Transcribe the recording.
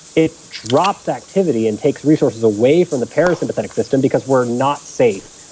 it drops activity and takes resources away from the parasympathetic system because we're not safe,